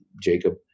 Jacob